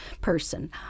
person